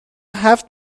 هفت